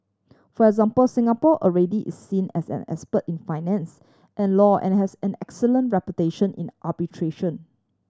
for example Singapore already is seen as an expert in finance and law and has an excellent reputation in arbitration